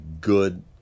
good